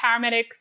paramedics